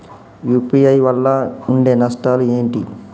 UPI వల్ల ఉండే నష్టాలు ఏంటి??